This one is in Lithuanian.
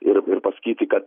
ir pasakyti kad